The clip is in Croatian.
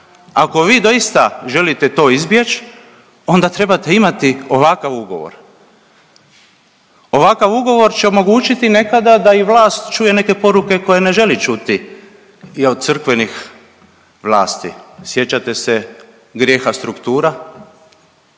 Ako vi doista želite to izbjeći onda trebate imati ovakav ugovor. Ovakav ugovor će omogućiti nekada da i vlast čuje neke poruke koje ne želi čuti od crkvenih vlasti. Sjećate se grijeha struktura?